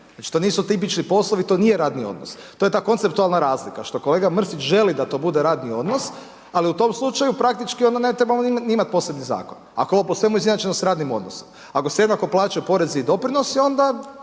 Znači to nisu tipični poslovi, to nije radni odnos, to je ta konceptualna razlika što kolega Mrsić želi da to bude radni odnos, ali u tom slučaju praktički onda ne trebamo niti imati posebni zakon. Ako je po svemu izjednačeno s radnim odnosom. Ako se jednako plaćaju porezi i doprinosi onda,